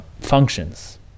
functions